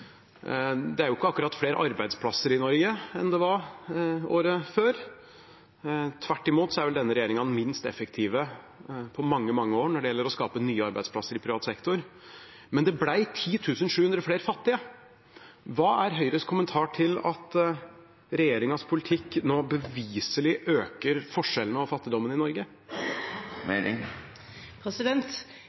Det er jo ikke akkurat flere arbeidsplasser i Norge enn det var året før. Tvert imot er vel denne regjeringen den minst effektive på mange år når det gjelder å skape nye arbeidsplasser i privat sektor, men det ble 10 700 flere fattige. Hva er Høyres kommentar til at regjeringens politikk nå beviselig øker forskjellene og fattigdommen i Norge?